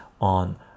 on